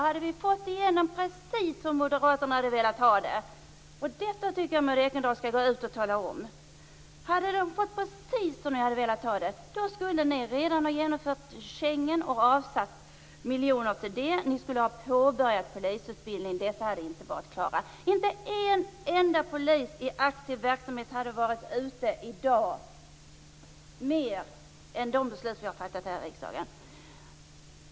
Jag tycker att Maud Ekendahl skall gå ut och tala om att om Moderaterna hade fått precis som de ville ha det skulle de redan ha genomfört Schengen, avsatt miljoner till det och påbörjat polisutbildning som inte hade varit klar. Inte en enda ytterligare polis hade varit ute i dag i aktiv verksamhet än med de beslut vi fattade här i riksdagen.